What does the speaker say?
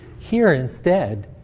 here, instead,